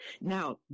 Now